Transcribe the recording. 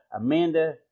Amanda